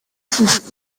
sind